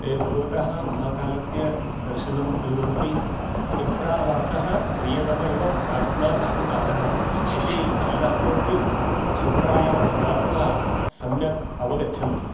ते भगवतः महाकालस्य दर्शनं कुर्वन्ति शिप्रावातः प्रियतमिव प्रार्थना चाटुकारः इति कालिदासोक्तिं शिप्रायां स्नात्वा सम्यक् अवगच्छन्ति